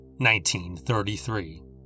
1933